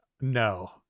No